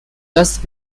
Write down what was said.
just